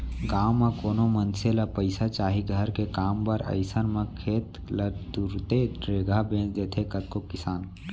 गाँव म कोनो मनसे ल पइसा चाही घर के काम बर अइसन म खेत ल तुरते रेगहा बेंच देथे कतको किसान